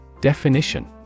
Definition